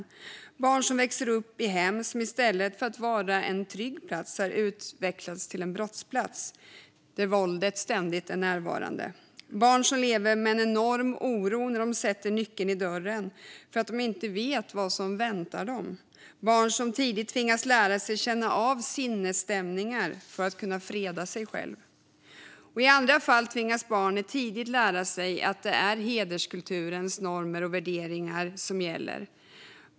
Det finns barn som växer upp i hem som i stället för att vara en trygg plats har utvecklats till en brottsplats där våldet ständigt är närvarande. Det finns barn som lever med en enorm oro när de sätter nyckeln i dörren därför att de inte vet vad som väntar dem. Det finns barn som tidigt tvingas lära sig att känna av sinnesstämningar för att kunna freda sig. I andra fall tvingas barn tidigt lära sig att det är hederskulturens normer och värderingar som gäller.